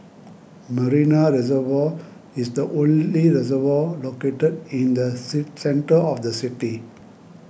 Marina Reservoir is the only reservoir located in the sit centre of the city